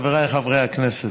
חבריי חברי הכנסת,